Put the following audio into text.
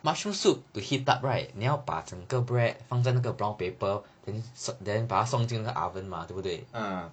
ah